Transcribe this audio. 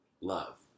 love